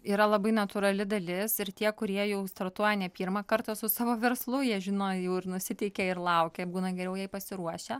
yra labai natūrali dalis ir tie kurie jau startuoja ne pirmą kartą su savo verslu jie žino jau ir nusiteikia ir laukia būna geriau jai pasiruošę